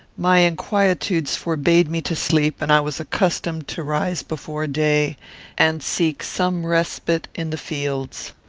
my inquietudes forbade me to sleep, and i was accustomed to rise before day and seek some respite in the fields.